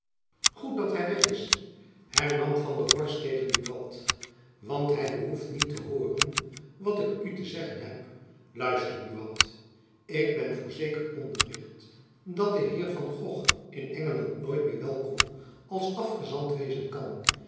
goed dat hy weg is hernam van der horst tegen buat want hy behoeft niet te hooren wat ik u te zeggen heb luister buat ik ben voor zeker onderricht dat de heer van gogh in engeland nooit meer welkom als afgezant wezen kan